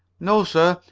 no, sir.